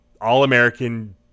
All-American